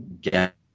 get